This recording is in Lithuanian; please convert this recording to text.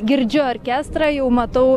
girdžiu orkestrą jau matau